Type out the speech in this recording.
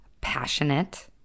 passionate